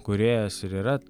kūrėjas ir yra